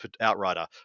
Outrider